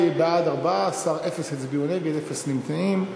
התוצאה היא: בעד, 14, אין נגד, אין נמנעים.